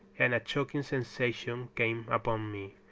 and a choking sensation came upon me,